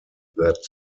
that